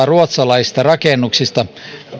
ruotsalaisista rakennuksista